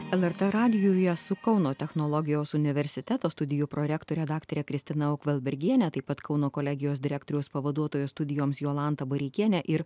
lrt radijuje su kauno technologijos universiteto studijų prorektore daktare kristina ukvalbergiene taip pat kauno kolegijos direktoriaus pavaduotoja studijoms jolanta bareikiene ir